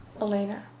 Elena